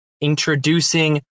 introducing